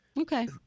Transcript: Okay